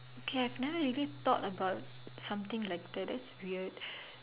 okay I have never really thought about something like that that's weird